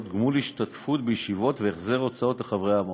(גמול השתתפות בישיבות והחזר הוצאות לחברי המועצה).